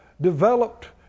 developed